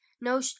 no